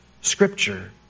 Scripture